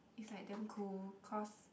it's like damn cool cause